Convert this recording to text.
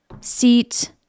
seat